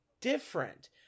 different